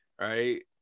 right